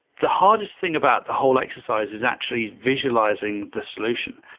the hardest thing about the whole exercise is actually visualizing the solution.